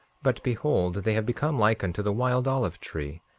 but, behold, they have become like unto the wild olive-tree,